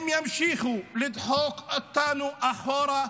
אם ימשיכו לדחוק אותנו אחורה,